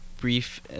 brief